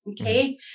okay